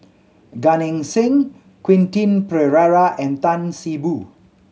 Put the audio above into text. Gan Eng Seng Quentin Pereira and Tan See Boo